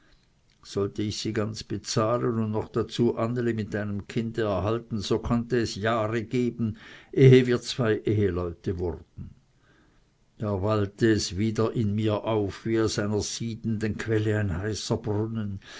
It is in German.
sollte ich sie ganz bezahlen und noch dazu anneli mit einem kinde erhalten so könnte es jahre gehen ehe wir zwei eheleute wurden da wallte es wieder in mir auf wie aus einer siedenden quelle ein heißer brunnen